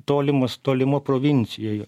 tolimas tolima provincija ir